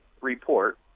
report